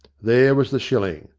there was the shilling.